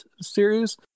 series